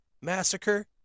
Massacre